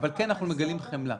כן מגלים חמלה.